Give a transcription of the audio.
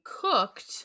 cooked